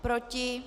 Proti?